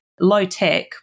low-tech